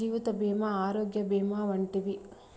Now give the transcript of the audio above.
జీవిత భీమా ఆరోగ్య భీమా వంటివి